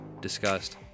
discussed